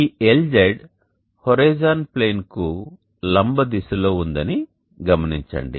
ఈ LZ horizon plane కు లంబ దిశలో ఉందని గమనించండి